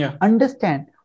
understand